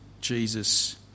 Jesus